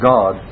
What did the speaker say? God